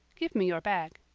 give me your bag.